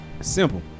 Simple